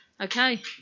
Okay